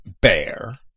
bear